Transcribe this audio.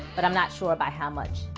but i'm not sure by how much.